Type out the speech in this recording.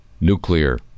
nuclear